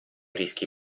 rischi